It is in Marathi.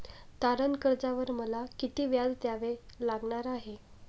तारण कर्जावर मला किती व्याज द्यावे लागणार आहे?